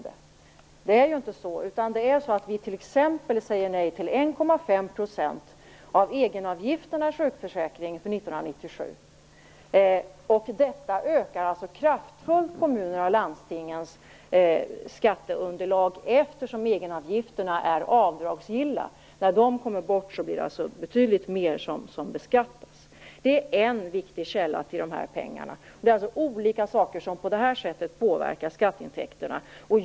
Vi säger t.ex. nej till de 1,5 procenten beträffande egenavgifterna i sjukförsäkringen för 1997. Detta innebär att kommunernas och landstingens skatteunderlag kraftigt ökar. Egenavgifterna är ju avdragsgilla. När de kommer bort blir det betydligt mer som beskattas. Det är en viktig källa när det gäller de här pengarna. Det är alltså olika saker som på detta sätt påverkar skatteintäkterna.